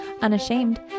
Unashamed